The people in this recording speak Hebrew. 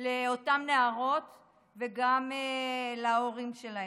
לאותן נערות, וגם להורים שלהן.